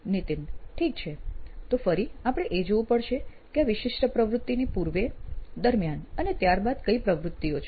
નીતિન ઠીક છે તો ફરી આપણે એ જોવું પડશે કે આ વિશિષ્ટ પ્રવૃત્તિની પૂર્વે દરમ્યાન અને ત્યાર બાદ કઈ પ્રવૃતિઓ છે